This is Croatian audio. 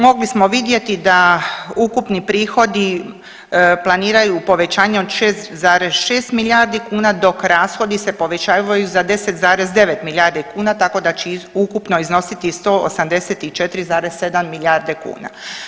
Mogli smo vidjeti da ukupni prihodi planiraju povećanje od 6,6 milijardi kuna, dok rashodi se povećavaju za 10,9 milijardi kuna tako da će ukupno iznositi 184,7 milijarde kuna.